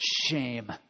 shame